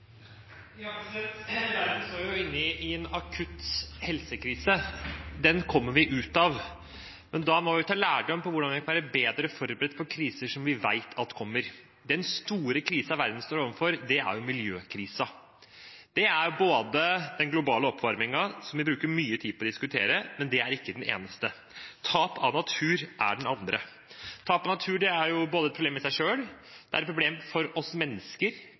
ut av, men da må vi ta lærdom for hvordan vi kan være bedre forberedt på kriser vi vet kommer. Den store krisen verden står overfor, er miljøkrisen. Det er den globale oppvarmingen, som vi bruker mye tid på å diskutere, men det er ikke den eneste; tap av natur er den andre. Tap av natur er både et problem i seg selv, et problem for oss mennesker – fordi vi er avhengig av alt liv på jorda – og et problem for